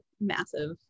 massive